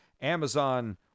Amazon